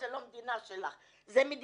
זו המדינה שלי,